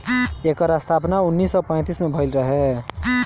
एकर स्थापना उन्नीस सौ पैंतीस में भइल रहे